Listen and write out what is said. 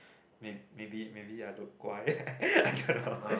may maybe maybe i look 乖 i dont know